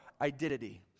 identity